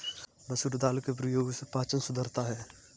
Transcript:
मसूर दाल के प्रयोग से पाचन सुधरता है